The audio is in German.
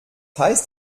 heißt